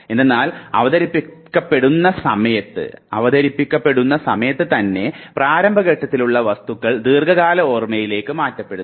എന്തെന്നാൽ അവതരിപ്പിക്കപ്പെടുന്ന സമയത്ത് തന്നെ പ്രാരംഭ ഘട്ടത്തിലുള്ള വസ്തുതകൾ ദീർഘകാല ഓർമയിലേക്ക് മാറ്റപ്പെടുന്നു